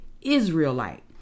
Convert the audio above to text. Israelite